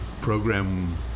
program